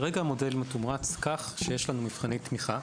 כרגע המודל מתומרץ כך שיש לנו מבחני תמיכה.